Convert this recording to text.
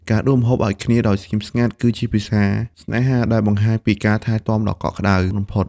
ការដួសម្ហូបឱ្យគ្នាដោយស្ងៀមស្ងាត់ គឺជាភាសាស្នេហាដែលបង្ហាញពីការថែទាំដ៏កក់ក្ដៅបំផុត។